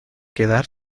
quedar